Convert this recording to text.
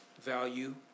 value